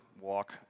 walk